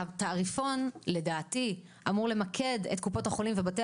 התעריפון לדעתי אמור למקד את קופות החולים ובתי